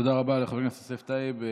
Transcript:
תודה רבה לחבר הכנסת יוסף טייב.